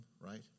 right